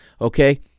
okay